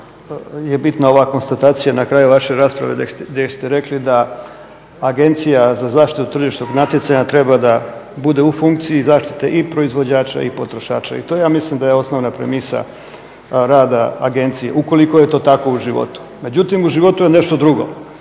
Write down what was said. je bitna ova konstatacija na kraju vaše rasprave gdje ste rekli da Agencija za zaštitu tržišnog natjecanja treba da bude u funkciji zaštite i proizvođača i potrošača i to ja mislim da je osnovna premisa rada agencije ukoliko je to tako u životu. Međutim, u životu je nešto drugo.